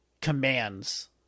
commands